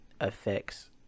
affects